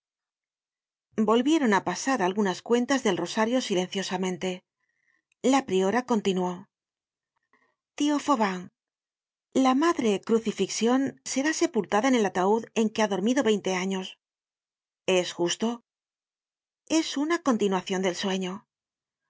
volvieron á pasar algunas cuentas del rosario silenciosamente la priora continuó tio fauvent la madre crucifixion será sepultada en el ataud en que ha dormido veinte años es justo es una continuacion del sueño